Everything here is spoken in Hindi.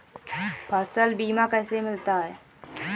फसल बीमा कैसे मिलता है?